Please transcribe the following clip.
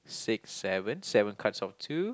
six seven seven cards of two